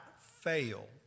fail